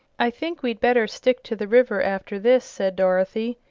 i think we'd better stick to the river, after this, said dorothy.